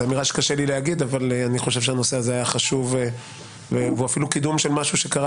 זו אמיר שקשה לי לומר אבל הנושא הזה חשוב והוא מקדם משהו שהתחיל